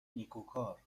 نیکوکار